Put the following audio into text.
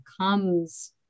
comes